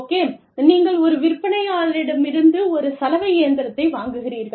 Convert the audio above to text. okay நீங்கள் ஒரு விற்பனையாளரிடமிருந்து ஒரு சலவை இயந்திரத்தை வாங்குகிறீர்கள்